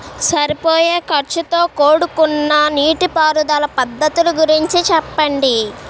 సరిపోయే ఖర్చుతో కూడుకున్న నీటిపారుదల పద్ధతుల గురించి చెప్పండి?